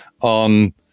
on